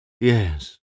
Yes